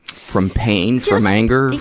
from pain, from anger,